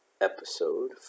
episode